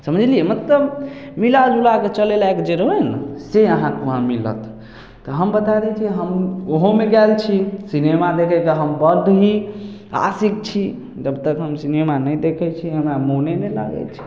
समझलियै मतलब मिलाजुला कऽ चले लाइक जे रहै हइ ने से अहाँके वहाँ मिलत तऽ हम बता दै छी हम ओहोमे गेल छी सिनेमा देखयके हम बड़ प्री आ आशिक छी जबतक हम सिनेमा नहि देखै छी हमरा मोने नहि लागै छै